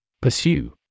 Pursue